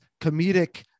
comedic